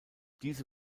diese